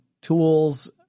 tools